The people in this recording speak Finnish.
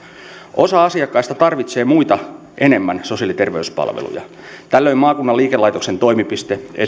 osa asiakkaista tarvitsee muita enemmän sosiaali ja terveyspalveluja tällöin maakunnan liikelaitoksen toimipiste